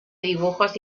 dibujos